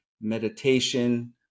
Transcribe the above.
meditation